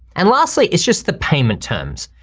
and lastly, it's just the payment terms.